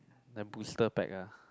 the booster pack ah